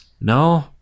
No